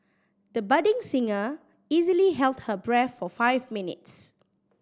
the budding singer easily held her breath for five minutes